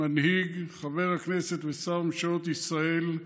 מנהיג, חבר הכנסת ושר בממשלות ישראל,